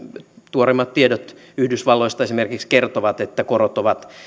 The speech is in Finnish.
tuoreimmat tiedot yhdysvalloista esimerkiksi kertovat että